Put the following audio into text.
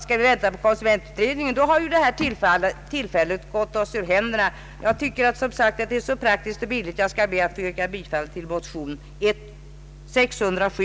Skall vi vänta på konsumentutredningen, har ju detta tillfälle gått oss ur händerna. Jag tycker, som sagt, att vårt förslag innebär en praktisk och billig metod, och jag ber, herr talman, att få yrka bifall till motionen 1: 607.